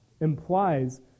implies